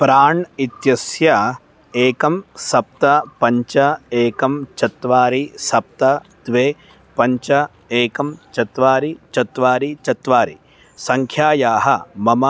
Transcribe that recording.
प्राण् इत्यस्य एकं सप्त पञ्च एकं चत्वारि सप्त द्वे पञ्च एकं चत्वारि चत्वारि चत्वारि सङ्ख्यायाः मम